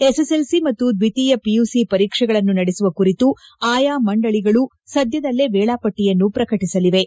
S S L C ಮತ್ತು ದ್ವಿತೀಯ PUC ಪರೀಕ್ಷೆಗಳನ್ನು ನಡೆಸುವ ಕುರಿತು ಅಯಾ ಮಂಡಳಿಗಳು ಸದ್ಕದಲ್ಲೇ ವೇಳಾಪಟ್ಟಿಯನ್ನು ಪ್ರಕಟಿಸಲಿವೆ